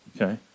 okay